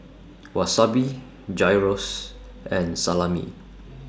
Wasabi Gyros and Salami